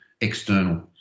external